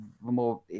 more